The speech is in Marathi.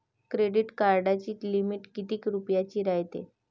क्रेडिट कार्डाची लिमिट कितीक रुपयाची रायते?